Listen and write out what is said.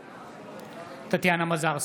בעד טטיאנה מזרסקי,